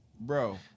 Bro